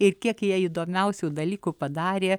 ir kiek jie įdomiausių dalykų padarė